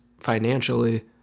financially